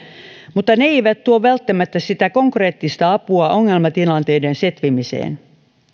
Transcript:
mutta ne eivät tuo välttämättä sitä konkreettista apua ongelmatilanteiden setvimiseen